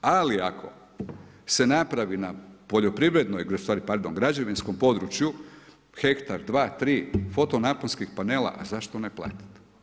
Ali ako se napravi na poljoprivrednoj, pardon građevinskom području hektar, dva, tri fotonaponskih panela a zašto ne platiti?